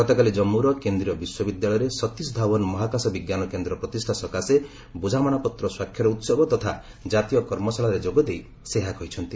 ଗତକାଲି ଜମ୍ପୁର କେନ୍ଦ୍ରୀୟ ବିଶ୍ୱବିଦ୍ୟାଳୟରେ ସତୀଶ ଧାଓ୍ୱନ ମହାକାଶ ବିଜ୍ଞାନ କେନ୍ଦ୍ର ପ୍ରତିଷ୍ଠା ସକାଶେ ବୁଝାମଣାପତ୍ର ସ୍ୱାକ୍ଷର ଉତ୍ସବ ତଥା ଜାତୀୟ କର୍ମଶାଳାରେ ଯୋଗଦେଇ ସେ ଏହା କହିଛନ୍ତି